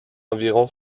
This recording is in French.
environ